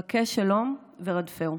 בקש שלום ורדפהו".